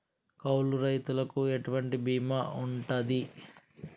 కౌలు రైతులకు ఎటువంటి బీమా ఉంటది?